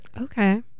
Okay